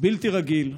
בלתי רגיל,